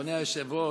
אדוני היושב-ראש,